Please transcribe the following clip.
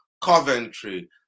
Coventry